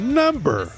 number